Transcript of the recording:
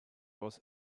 was